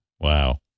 Wow